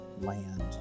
land